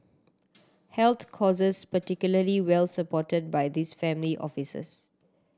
health causes particularly well supported by these family offices